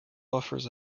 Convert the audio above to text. offers